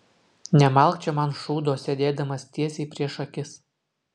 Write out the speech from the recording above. nemalk čia man šūdo sėdėdamas tiesiai prieš akis